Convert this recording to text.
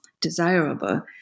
desirable